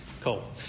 Cool